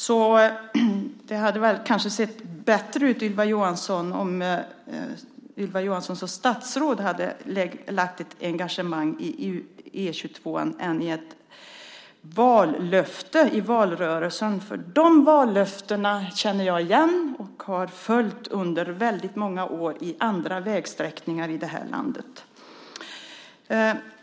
Så det hade kanske sett bättre ut, Ylva Johansson, om Ylva Johansson som statsråd hade lagt ett engagemang i E 22:an i stället för att göra det i ett vallöfte i valrörelsen. De vallöftena känner jag nämligen igen. Och jag har följt dem under väldigt många år när det gäller andra vägsträckningar i det här landet.